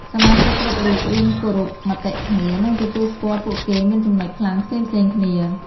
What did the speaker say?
សមាជិកគ្រប់រូបរៀនគោរពមតិគ្នា និងទទួលស្គាល់ពួកគេមានចំណុចខ្លាំងផ្សេងៗគ្នា។